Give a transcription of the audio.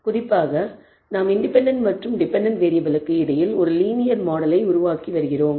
குறிப்பாக நாம் இண்டிபெண்டன்ட் மற்றும் டிபெண்டன்ட் வேறியபிளுக்கு இடையில் ஒரு லீனியர் மாடலை உருவாக்கி வருகிறோம்